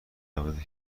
رابطه